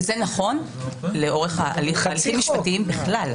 וזה נכון לאורך הליכים משפטיים בכלל.